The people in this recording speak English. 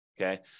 okay